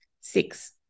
Six